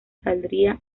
saldría